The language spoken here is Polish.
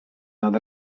nad